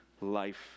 life